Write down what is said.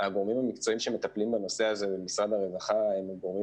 הגורמים המקצועיים שמטפלים בנושא הזה במשרד הרווחה הם הגורמים